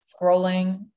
scrolling